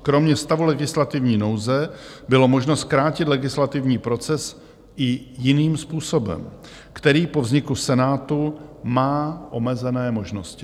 Kromě stavu legislativní nouze bylo možno zkrátit legislativní proces i jiným způsobem, který po vzniku Senátu má omezené možnosti.